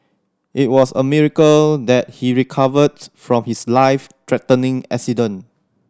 it was a miracle that he recovered from his life threatening accident